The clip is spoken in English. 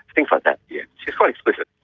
things like that. yes, she was quite explicit.